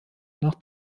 nach